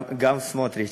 גם סמוטריץ.